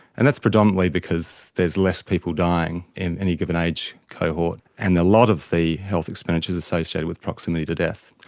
and that's predominantly because there is less people dying in any given age cohort, and a lot of the health expenditure is associated with proximity to death.